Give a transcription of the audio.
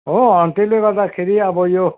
हो अनि त्यसले गर्दाखेरि अब यो